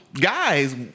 guys